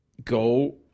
go